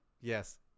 Yes